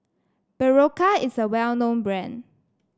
Berocca is a well known brand